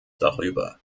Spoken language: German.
darüber